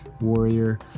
warrior